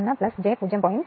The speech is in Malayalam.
1 j 0